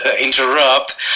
interrupt